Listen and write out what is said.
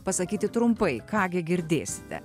pasakyti trumpai ką gi girdėsite